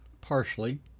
partially